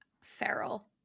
feral